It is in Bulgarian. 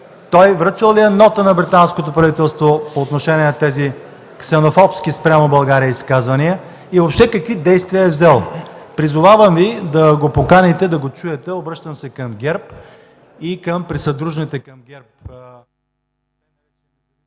той връчил ли е нота на британското правителство по отношение на тези ксенофобски спрямо България изказвания, и въобще какви действия е взел? Призовавам Ви да го поканите, да го чуете. Обръщам се към ГЕРБ и към присъдружните към ГЕРБ